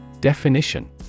Definition